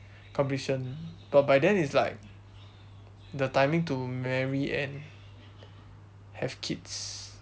completion but by then it's like the timing to marry and have kids